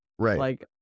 Right